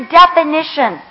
definition